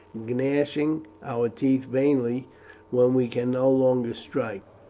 gnashing our teeth vainly when we can no longer strike,